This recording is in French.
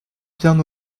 bien